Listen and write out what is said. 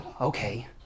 okay